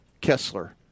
Kessler